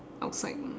outside